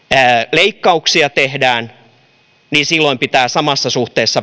leikkauksia tehdään niin silloin pitää samassa suhteessa